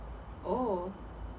oh